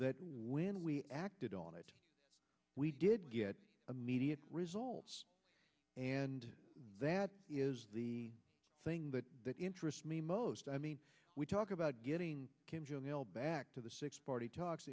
that when we acted on it we did get immediate results and that the thing that interests me most i mean we talk about getting kim jong il back to the six party talks